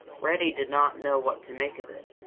reddy did not know what to make of it,